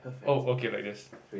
oh okay like this